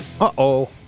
Uh-oh